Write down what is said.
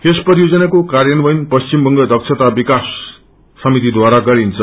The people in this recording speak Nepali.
यस परियोजनाको कार्यान्वयन पश्चिम बंग दक्षताविकास समितिद्वारा गरिन्छ